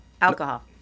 Alcohol